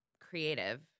creative